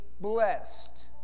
blessed